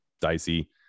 dicey